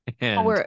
and-